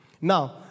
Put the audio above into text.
Now